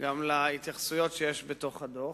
גם להתייחסויות שיש בתוך הדוח.